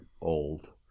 old